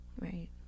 Right